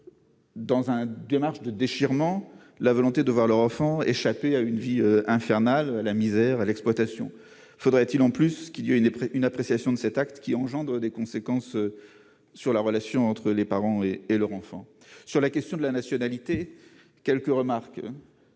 dans un démarche de déchirement, la volonté de voir leur enfant échapper à une vie infernale la misère à l'exploitation, faudrait-il en plus qu'il y a une après une appréciation de cet acte qui engendre des conséquences sur la relation entre les parents et et leur enfant sur la question de la nationalité, quelques remarques.